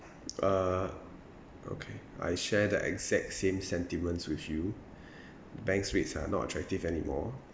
uh okay I share the exact same sentiments with you banks rates are not attractive anymore